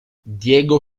diego